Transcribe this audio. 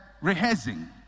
rehearsing